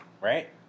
right